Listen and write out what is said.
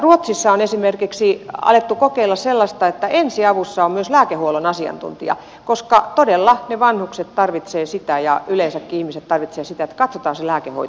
ruotsissa on esimerkiksi alettu kokeilla sellaista että ensiavussa on myös lääkehuollon asiantuntija koska todella vanhukset tarvitsevat sitä ja yleensäkin ihmiset tarvitsevat sitä että katsotaan lääkehoito kuntoon